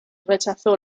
rechazó